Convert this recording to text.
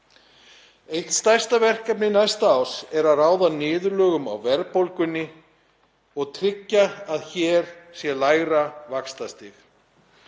Eitt stærsta verkefni næsta árs er að ráða niðurlögum á verðbólgunni og tryggja að hér sé lægra vaxtastig.